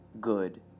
good